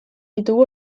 ditugu